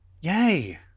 Yay